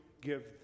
give